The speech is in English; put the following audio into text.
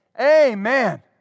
Amen